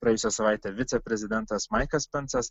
praėjusią savaitę viceprezidentas maikas pensas